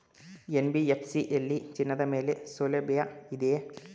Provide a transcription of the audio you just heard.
NBFC ಯಲ್ಲಿ ಚಿನ್ನದ ಮೇಲೆ ಸಾಲಸೌಲಭ್ಯ ಇದೆಯಾ?